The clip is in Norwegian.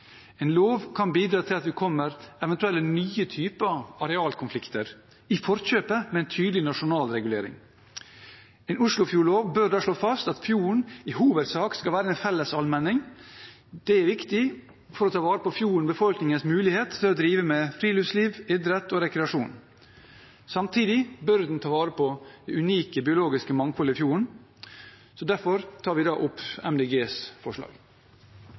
En lov kan bidra til at vi kommer eventuelle nye typer arealkonflikter i forkjøpet, med en tydelig nasjonal regulering. En oslofjordlov bør da slå fast at fjorden i hovedsak skal være en fellesallmenning. Det er viktig for å ta vare på fjorden og på befolkningens mulighet til å drive med friluftsliv, idrett og rekreasjon. Samtidig bør den ta vare på det unike biologiske mangfoldet i fjorden. Derfor tar jeg opp Miljøpartiet De Grønnes forslag.